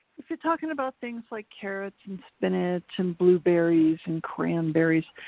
if you're talking about things like carrots and spinach and blueberries and cranberries,